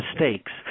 mistakes